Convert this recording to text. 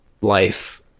life